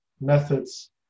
methods